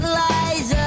lies